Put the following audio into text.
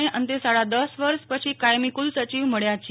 ને અંતે સાડા દસ વર્ષ પછી કાયમી કુલસચિવ મળ્યા છે